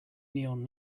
neon